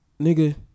nigga